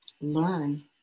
learn